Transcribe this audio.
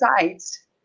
sides